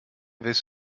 this